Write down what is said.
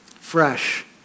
fresh